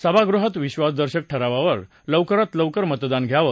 सभागृहात विद्वासदर्शक ठरावावर लवकरात लवकर मतदान घ्यावं